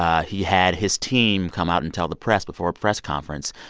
ah he had his team come out and tell the press before a press conference,